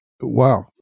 wow